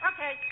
Okay